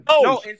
No